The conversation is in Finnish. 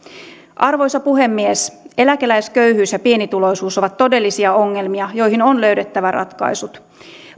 arvoisa puhemies eläkeläisköyhyys ja pienituloisuus ovat todellisia ongelmia joihin on löydettävä ratkaisut